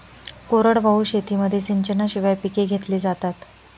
कोरडवाहू शेतीमध्ये सिंचनाशिवाय पिके घेतली जातात